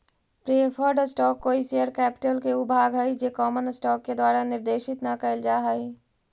preferred stock कोई share capital के ऊ भाग हइ जे कॉमन स्टॉक के द्वारा निर्देशित न कैल जा हइ